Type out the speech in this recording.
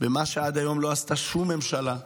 במה שעד היום לא עשתה שום ממשלה,